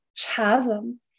chasm